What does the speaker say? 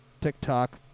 TikTok